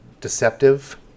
deceptive